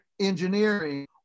engineering